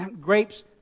grapes